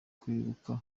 kwibuka